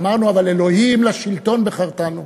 אמרנו, אבל, "אלוהים לשלטון בחרתנו".